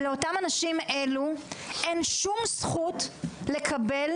ולאותם האנשים האלו אין שום זכות לקבל